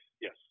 Yes